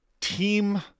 team